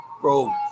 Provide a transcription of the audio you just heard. Bro